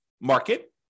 market